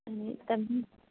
तब भी